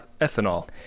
ethanol